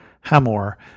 Hamor